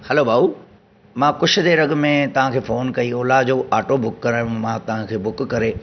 hello भाउ मां कुझु देरि अॻि में तव्हां खे फ़ोन कई ओला जो ऑटो बुक करायो मां तव्हां खे बुक करे